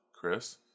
Chris